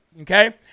okay